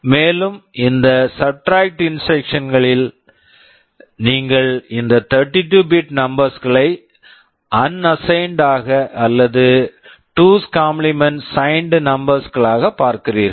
மேலும் இந்த subtract substract instruction instruction களில் நீங்கள் இந்த 32 பிட் 32 bit நம்பர்ஸ் numbers களை அன்சைன்ட் unsigned ஆக அல்லது 2' ஸ் 2's complement signed complement signed numbers numbers களாகப் பார்க்கிறீர்கள்